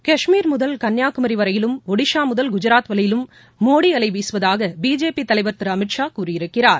கஷ்மீர் முதல் கன்னியாகுமரி வரையிலும் ஒடிஷா முதல் குஜராத் வரையிலும் மோடி அலை வீசுவதாக பிஜேபி தலைவர் திரு அமித் ஷா கூறியிருக்கிறார்